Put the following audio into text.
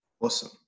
Awesome